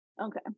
Okay